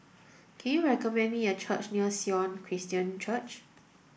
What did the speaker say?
can you recommend me a restaurant near Sion Christian Church